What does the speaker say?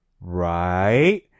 right